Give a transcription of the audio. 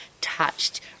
touched